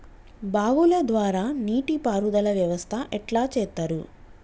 బావుల ద్వారా నీటి పారుదల వ్యవస్థ ఎట్లా చేత్తరు?